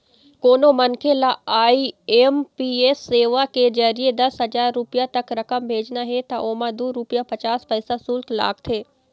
कोनो मनखे ल आई.एम.पी.एस सेवा के जरिए दस हजार रूपिया तक रकम भेजना हे त ओमा दू रूपिया पचास पइसा सुल्क लागथे